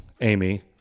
Amy